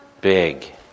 big